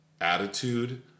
attitude